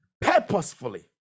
purposefully